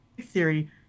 theory